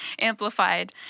amplified